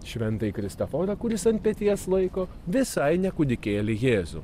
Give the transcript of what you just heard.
šventąjį kristaforą kuris ant peties laiko visai ne kūdikėlį jėzų